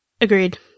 Agreed